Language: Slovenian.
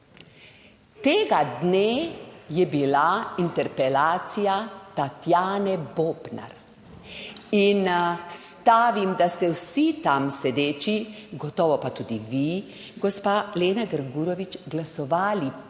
Tega dne je bila interpelacija Tatjane Bobnar in stavim, da ste vsi tam sedeči, gotovo pa tudi vi, gospa Lena Grgurevič, glasovali